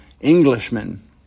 Englishmen